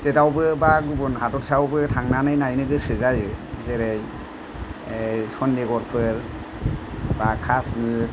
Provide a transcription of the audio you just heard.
स्टेटयावबो बा गुबुन हादरसायावबो थांनानै नायनो गोसो जायो जेरै चन्डिगरफोर बा काशमीर